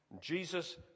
Jesus